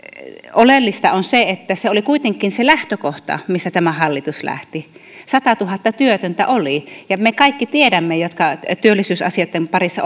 oleellista on se että se oli kuitenkin se lähtökohta mistä tämä hallitus lähti satatuhatta työtöntä oli ja me kaikki tiedämme jotka työllisyysasioitten parissa